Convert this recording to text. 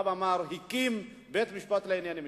ובא והקים בית-משפט לענייני משפחה.